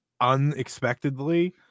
unexpectedly